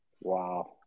wow